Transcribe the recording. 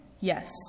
Yes